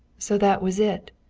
so that was it!